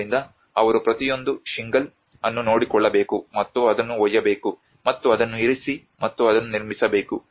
ಆದ್ದರಿಂದ ಅವರು ಪ್ರತಿಯೊಂದು ಶಿಂಗಲ್ ಅನ್ನು ನೋಡಿಕೊಳ್ಳಬೇಕು ಮತ್ತು ಅದನ್ನು ಒಯ್ಯಬೇಕು ಮತ್ತು ಅದನ್ನು ಇರಿಸಿ ಮತ್ತು ಅದನ್ನು ನಿರ್ಮಿಸಬೇಕು